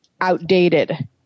outdated